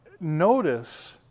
notice